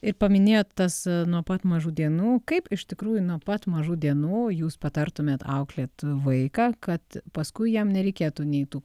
ir paminėjot tas nuo pat mažų dienų kaip iš tikrųjų nuo pat mažų dienų jūs patartumėt auklėt vaiką kad paskui jam nereikėtų nei tų